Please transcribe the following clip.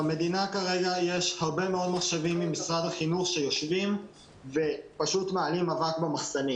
במדינה יש הרבה מאוד מחשבים של משרד החינוך שיושבים ומעלים אבק במחסנים